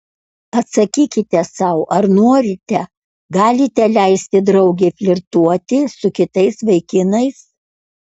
atsakykite sau ar norite galite leisti draugei flirtuoti su kitais vaikinais